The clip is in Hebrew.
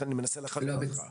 לכן אני מנסה לחדד לך.